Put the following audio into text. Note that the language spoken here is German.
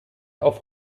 auf